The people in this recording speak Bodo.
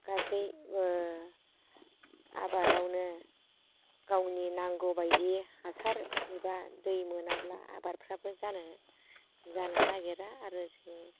गासै ओ आबादावनो गावनि नांगौबायदि हासार एबा दै मोनाब्ला आबादफ्राबो जानो जानो नागिरा आरो जों